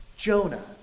Jonah